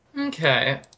Okay